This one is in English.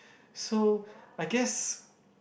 so I guess